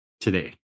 today